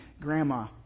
grandma